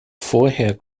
vorher